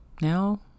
now